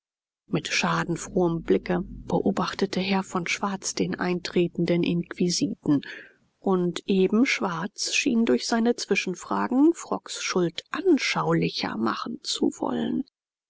mit schadenfrohem blicke beobachtete herr von schwarz den eintretenden inquisiten und eben schwarz schien durch seine zwischenfragen frocks schuld anschaulicher machen zu wollen